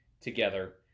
together